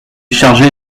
chargé